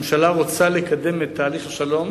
הממשלה רוצה לקדם את תהליך השלום,